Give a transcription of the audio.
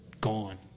gone